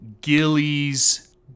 Gillies